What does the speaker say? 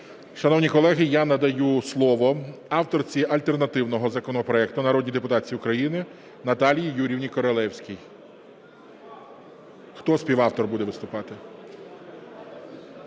Шановні колеги, я надаю слово авторці альтернативного законопроекту, народній депутатці України Наталії Юріївні Королевській. Хто співавтор буде виступати?